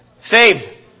Saved